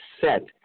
set